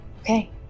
Okay